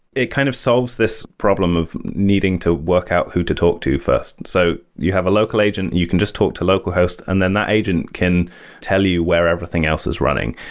it kind of solves this problem of needing to work out who to talk to first. so you have a local agent. you can just talk to a local host and then that agent can tell you where everything else is running.